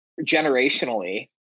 generationally